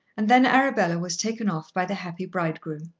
and then arabella was taken off by the happy bridegroom.